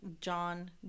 john